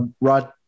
Rod